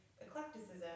eclecticism